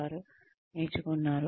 వారు నేర్చుకున్నారు